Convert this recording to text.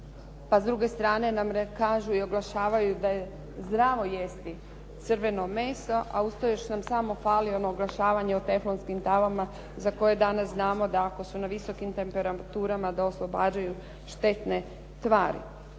Pa s druge strane nam kažu i oglašavaju da je zdravo jesti crveno meso, a uz to još nam samo fali ono oglašavanje o teflonskim tavama za koje danas znamo da ako su na visokim temperaturama, da oslobađaju štetne tvari.